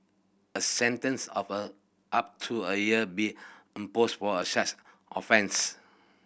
a sentence of a up to a year be imposed for a such offence